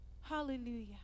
hallelujah